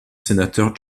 sénateur